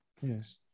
Yes